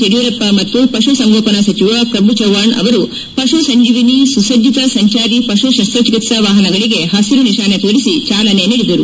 ಯಡಿಯೂರಪ್ಪ ಮತ್ತು ಪಶು ಸಂಗೋಪನಾ ಸಚಿವ ಪ್ರಭು ಚವ್ನಾಣ್ ಅವರು ಪಶು ಸಂಜೇವಿನಿ ಸುಸಭ್ಯತ ಸಂಚಾರಿ ಪಶುಶಸ್ತಚಿಕಿತ್ತಾ ವಾಹನಗಳಿಗೆ ಪಸಿರು ನಿಶಾನೆ ತೋರಿಸಿ ಸೇವೆಗೆ ಚಾಲನೆ ನೀಡಿದರು